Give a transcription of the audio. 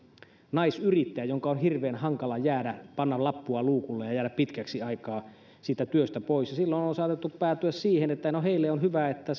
naisyrittäjä jonka on hirveän hankala panna lappua luukulle ja jäädä pitkäksi aikaa työstä pois ja silloin on on saatettu päätyä siihen että heille on hyvä että